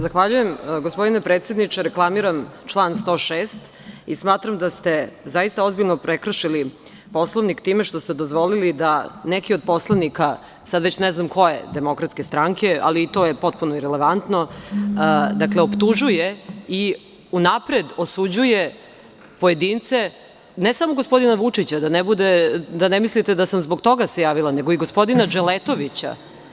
Zahvaljujem gospodine predsedniče i reklamiram član 106. i smatram da ste ozbiljno prekršili Poslovnik time što ste dozvolili da neki od poslanika, sada već ne znam koje DS, ali to je potpuno irelevantno, dakle, optužuje i unapred osuđuje pojedince, ne samo gospodina Vučića, da ne bude i da ne mislite da sam se zbog toga javila nego i gospodina Dželetovića.